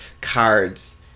cards